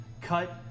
cut